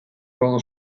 todo